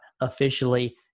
officially